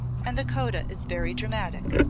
and the coda is very dramatic.